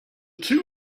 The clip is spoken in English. two